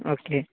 okay